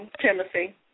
Timothy